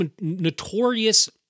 notorious